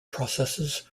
processes